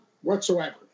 whatsoever